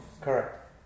Correct